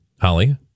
Holly